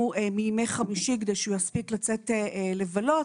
מימי חמישי כדי שהוא יספיק לצאת לבלות,